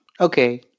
Okay